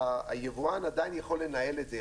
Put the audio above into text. היבואן עדיין יכול לנהל את זה,